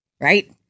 right